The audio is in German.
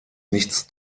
nichts